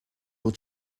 will